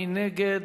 מי נגד?